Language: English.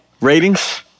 Ratings